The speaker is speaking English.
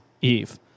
eve